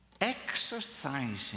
exercising